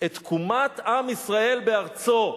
את תקומת עם ישראל בארצו.